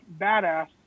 badass